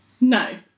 no